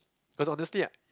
cause honestly like